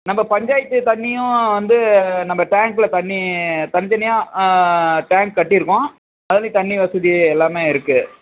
நம்ம பஞ்சாயத்து தண்ணியும் வந்து நம்ம டேங்க்கில் தண்ணி தனித்தனியாக டேங்க் கட்டியிருக்கோம் அதிலயும் தண்ணி வசதி எல்லாமே இருக்குது